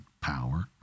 power